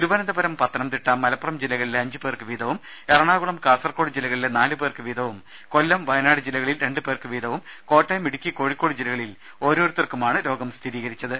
തിരുവനന്തപുരം പത്തനംതിട്ട മലപ്പുറം ജില്ലകളിലെ അഞ്ചു പേർക്ക് വീതവും എറണാകുളം കാസർകോട് ജില്ലകളിലെ നാലു പേർക്ക് വീതവും കൊല്ലം വയനാട് ജില്ലകളിൽ രണ്ടു പേർക്ക് വീതവും കോട്ടയം ഇടുക്കി കോഴിക്കോട് ജില്ലകളിൽ ഓരോരുത്തർക്കുമാണ് രോഗം സ്ഥിരീകരിച്ചത്